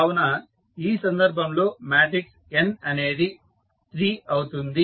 కావున ఈ సందర్భంలో మాట్రిక్స్ n అనేది 3 అవుతుంది